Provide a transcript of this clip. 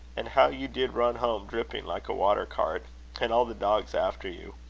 and how you did run home, dripping like a water-cart and all the dogs after you!